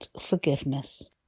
Forgiveness